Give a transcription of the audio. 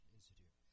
Institute